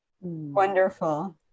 Wonderful